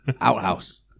outhouse